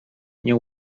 nie